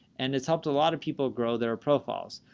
and it's helped a lot of people grow their profiles.